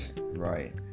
right